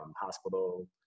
hospital